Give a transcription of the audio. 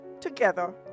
Together